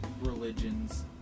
religions